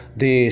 de